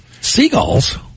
Seagulls